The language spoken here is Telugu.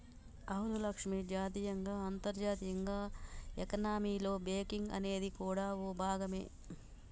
అవును లక్ష్మి జాతీయంగా అంతర్జాతీయంగా ఎకానమీలో బేంకింగ్ అనేది కూడా ఓ భాగమే